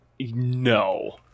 no